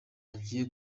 hagiye